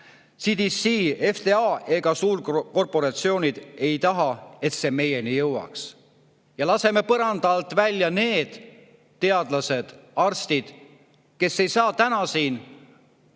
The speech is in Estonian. CDC, FDA ega suurkorporatsioonid ei taha, et need meieni jõuaks. Ja laseme põranda alt välja need teadlased, arstid, kes ei saa täna siin